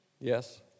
Yes